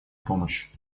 помощь